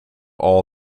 all